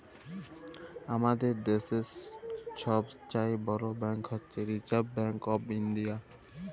আমাদের দ্যাশের ছব চাঁয়ে বড় ব্যাংক হছে রিসার্ভ ব্যাংক অফ ইলডিয়া